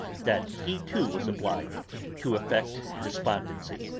that he too was obliged to affect despondency,